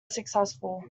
successful